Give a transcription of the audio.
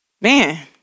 Man